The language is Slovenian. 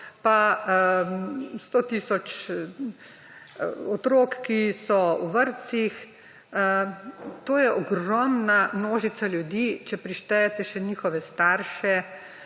in 100 tisoč otrok, ki so v vrtcih. To je ogromna množica ljudi, če prištejete še njihove starše.